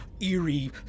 eerie